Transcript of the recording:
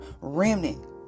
remnant